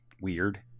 weird